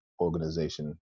organization